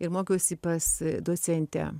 ir mokiausi pas docentę